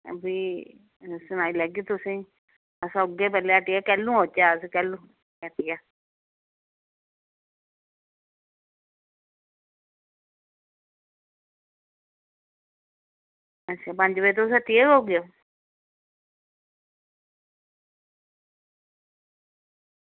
फ्ही सनाई लैगी तुसेंई अस औगे पैह्ले हट्टिया कैह्लू औचै अस कैह्लू हट्टिया अच्छा पंज बजे तुस हट्टिया गै होगे